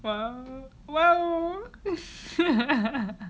!wow! !wow!